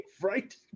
right